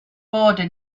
border